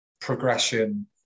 progression